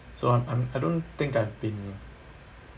so I'm I'm I don't think I've been